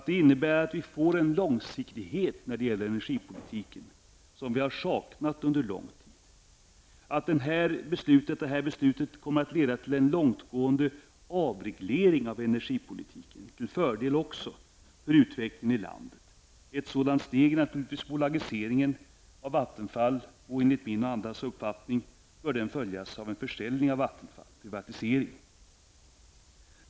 Det innebär att vi får en långsiktighet inom energipolitiken, något som vi har saknat under lång tid. Beslutet kommer att leda till en långtgående avreglering av energipolitiken, också det till fördel för utvecklingen i landet. Ett sådant steg är naturligtvis bolagiseringen av Vattenfall. Enligt min och andras uppfattning bör den följas av en försäljning av Vattenfall, en privatisering.